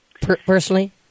personally